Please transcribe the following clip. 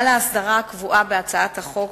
על ההסדרה הקבועה בהצעת החוק